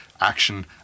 action